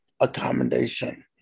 accommodation